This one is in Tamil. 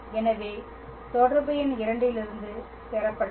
எனவே தொடர்பு எண் 2 இலிருந்து பெறப்பட்டது